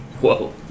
Whoa